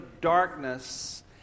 darkness